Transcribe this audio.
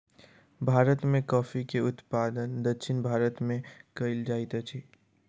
भारत में कॉफ़ी के उत्पादन दक्षिण भारत में कएल जाइत अछि